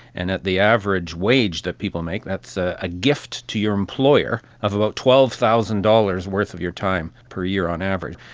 and at the average wage that people make, that's a gift to your employer of about twelve thousand dollars worth of your time per year on average.